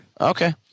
Okay